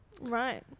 right